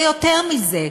ויותר מזה,